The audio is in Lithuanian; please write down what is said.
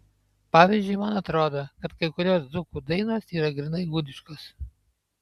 pavyzdžiui man atrodo kad kai kurios dzūkų dainos yra grynai gudiškos